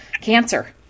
cancer